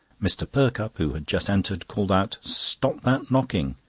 mr. perkupp, who had just entered, called out stop that knocking!